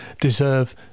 deserve